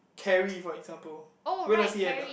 Terry for example where does he end up